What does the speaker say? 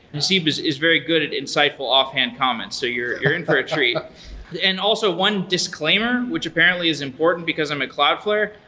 haseeb is is very good at insightful offhand comments. so you're you're in for a treat. and also, one disclaimer, which apparently is important because i'm at cloudflare,